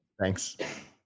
thanks